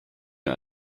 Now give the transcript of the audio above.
mir